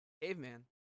Caveman